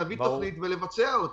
להביא תוכנית ולבצע אותה.